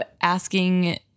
asking